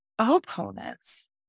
opponents